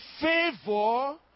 favor